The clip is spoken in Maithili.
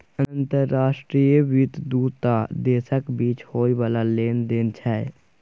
अंतर्राष्ट्रीय वित्त दू टा देशक बीच होइ बला लेन देन छै